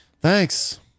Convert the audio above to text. Thanks